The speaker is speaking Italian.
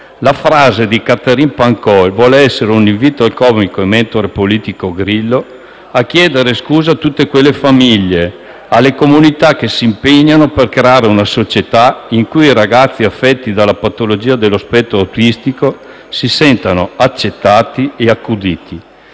La frase di Katherine Pancol vuole essere un invito al comico e mentore politico Grillo a chiedere scusa a tutte le famiglie e alle comunità che si impegnano per creare una società in cui i ragazzi affetti dalla patologia dello spettro autistico si sentano accettati e accuditi.